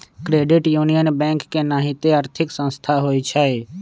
credit union bank के नाहिते आर्थिक संस्था होइ छइ